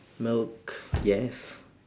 milk yes